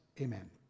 amen